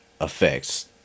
effects